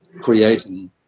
creating